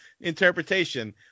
interpretation